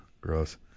gross